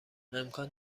امکان